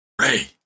Ray